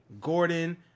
Gordon